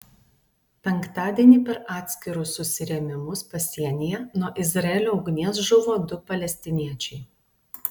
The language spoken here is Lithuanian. penktadienį per atskirus susirėmimus pasienyje nuo izraelio ugnies žuvo du palestiniečiai